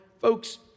Folks